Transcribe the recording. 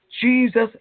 Jesus